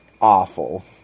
awful